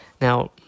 Now